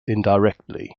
indirectly